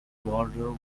border